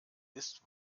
ist